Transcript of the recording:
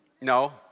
No